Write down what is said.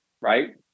right